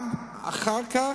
גם אחר כך,